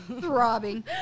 Throbbing